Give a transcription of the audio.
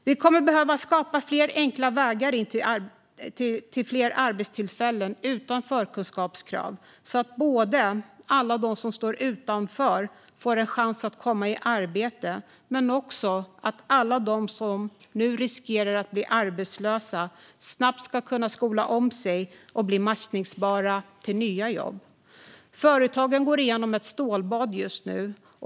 Vi kommer att behöva skapa fler enkla vägar till arbetstillfällen utan förkunskapskrav så att alla de som står utanför får en chans att komma i arbete och alla de som nu riskerar att bli arbetslösa snabbt ska kunna skola om sig och bli matchningsbara för nya jobb. Företagen går igenom ett stålbad just nu.